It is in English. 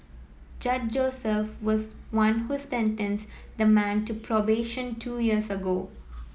Judge Joseph was one who sentenced the man to probation two years ago